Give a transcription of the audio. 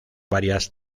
varias